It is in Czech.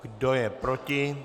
Kdo je proti?